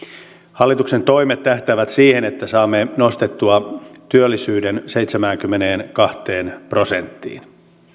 hallituksen toimet tähtäävät siihen että saamme nostettua työllisyyden seitsemäänkymmeneenkahteen prosenttiin